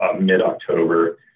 mid-October